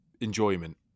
enjoyment